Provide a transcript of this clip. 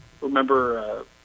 remember